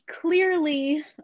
Clearly